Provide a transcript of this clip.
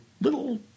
little